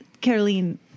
Caroline